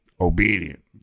obedient